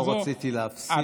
לא רציתי להפסיק.